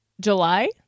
July